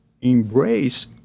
embrace